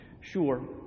Sure